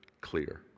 clear